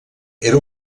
era